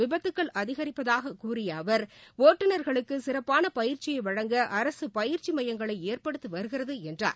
விபத்துகள் அதிகிப்பதாக கூறிய அவர் ஒட்டுநர்களுக்கு சிறப்பான பயிற்சியை வழங்க அரசு பயிற்சி மையங்களை ஏற்படுத்தி வருகிறது என்றார்